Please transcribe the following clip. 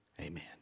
Amen